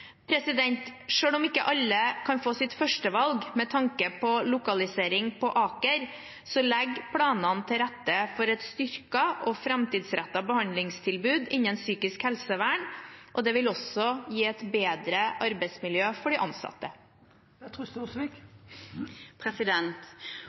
om ikke alle kan få sitt førstevalg med tanke på lokalisering på Aker, legger planene til rette for et styrket og framtidsrettet behandlingstilbud innen psykisk helsevern. Det vil også gi et bedre arbeidsmiljø for de ansatte.